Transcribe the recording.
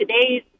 today's